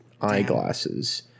eyeglasses